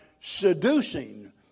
Seducing